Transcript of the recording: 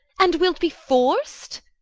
and wilt be forc't?